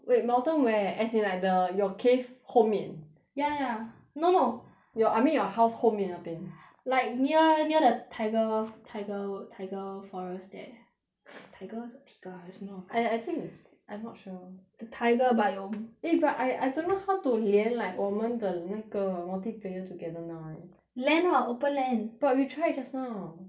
ait mountain where as in like the your cave 后面 ya ya no no your I mean your house 后面那边 like near near the taiga taiga taiga forest there taiga or teeger I just know I I think I'm not sure the taiga biome eh but I I don't know how to 连 like 我们的那个 multiplayer together now eh land what open land but you tried just now